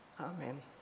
Amen